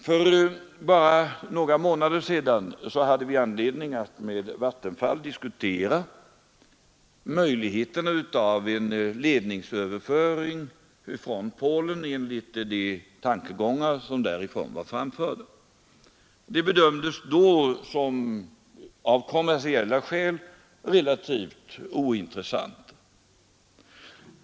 För bara några månader sedan hade vi anledning att med Vattenfall diskutera möjligheterna av en ledningsöverföring från Polen enligt de tankegångar som var framförda därifrån. Det bedömdes då som av kommersiella skäl relativt ointressant.